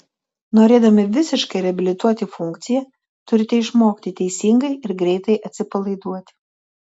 norėdami visiškai reabilituoti funkciją turite išmokti teisingai ir greitai atsipalaiduoti